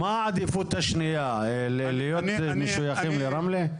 מה העדיפות השנייה, להיות משויכים לרמלה?